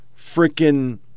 freaking